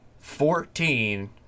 Fourteen